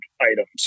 items